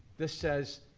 this says,